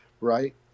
right